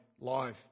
life